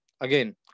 again